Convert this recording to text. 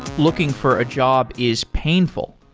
looking for a job is painful,